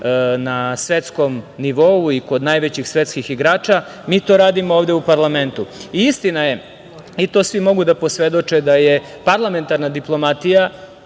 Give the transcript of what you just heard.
na svetskom nivou i kod najvećih svetskih igrača, mi to radimo ovde u parlamentu. Istina je i to svi mogu da posvedoče, da je parlamentarna diplomatija,